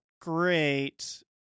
great